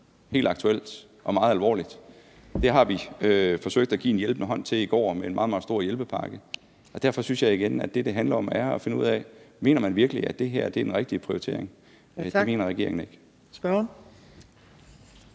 og det er meget alvorligt. Det har vi forsøgt at give en hjælpende hånd til i går med en meget, meget stor hjælpepakke, og derfor synes jeg igen, at det, som det handler om, er at finde ud af, om man virkelig mener, at det her er en rigtig prioritering. Det mener regeringen ikke. Kl.